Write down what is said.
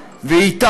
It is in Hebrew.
כי היא קורסת,